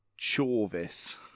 Chorvis